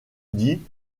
dit